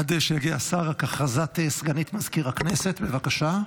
עד שיגיע השר, הודעת סגנית מזכיר הכנסת, בבקשה.